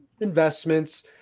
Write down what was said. investments